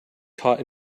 caught